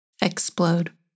explode